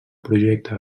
projecte